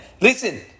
Listen